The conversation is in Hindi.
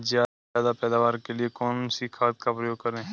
ज्यादा पैदावार के लिए कौन सी खाद का प्रयोग करें?